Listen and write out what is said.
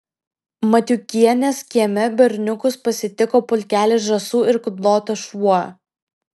matiukienės kieme berniukus pasitiko pulkelis žąsų ir kudlotas šuo